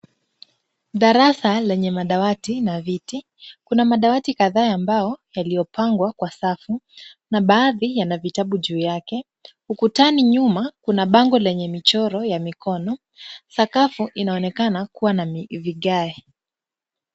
Darasa lenye madawati na viti, Kuna madawati kadhaa ya mbao yaliopangwa kwa safu na baadhi yana vitabu juu yake. Ukutani nyuma, Kuna bango lenye michoro ya mikono. Sakafu inaonekana kuwa na vigae.